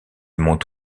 monte